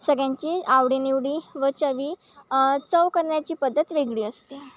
सगळ्यांची आवडीनिवडी व चवी चव करण्याची पद्धत वेगळी असते